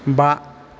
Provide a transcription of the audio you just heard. बा